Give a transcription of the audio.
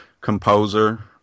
composer